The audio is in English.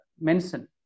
mention